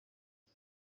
ndi